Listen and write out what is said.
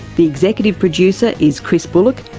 the executive producer is chris bullock,